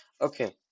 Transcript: Okay